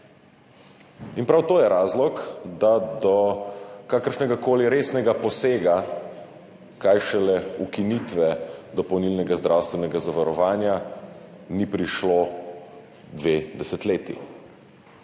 Prav to je razlog, da do kakršnegakoli resnega posega, kaj šele ukinitve dopolnilnega zdravstvenega zavarovanja ni prišlo dve desetletji.